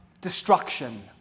destruction